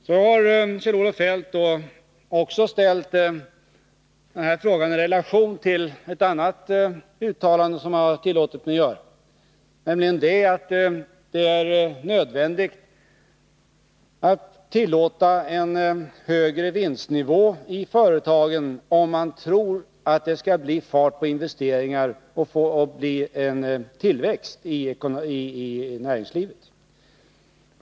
Så har Kjell-Olof Feldt också ställt denna fråga i relation till ett annat uttalande som jag har tillåtit mig att göra, nämligen att det är nödvändigt att tillåta en högre vinstnivå i företagen om man tror att det skall bli fart på investeringarna och bli en tillväxt i näringslivet.